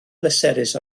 pleserus